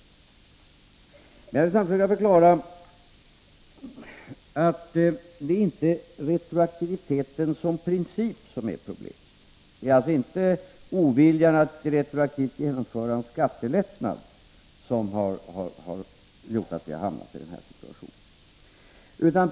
Men jag vill samtidigt försöka förklara att det inte är retroaktiviteten som princip som är problemet. Det är alltså inte ovilja mot att retroaktivt genomföra en skattelättnad som gjort att vi har hamnat i den här situationen.